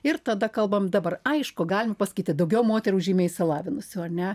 ir tada kalbam dabar aišku galim pasakyti daugiau moterų žymiai išsilavinusių ar ne